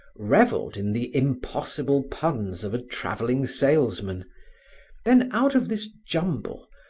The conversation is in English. revelled in the impossible puns of a travelling salesman then out of this jumble,